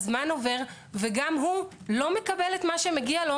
הזמן עובר וגם הוא לא מקבל את מה שמגיע לו,